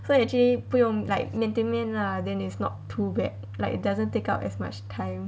so actually 不用 like 面对面 lah then is not too bad like it doesn't take up as much time